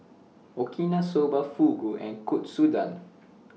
Okinawa Soba Fugu and Katsudon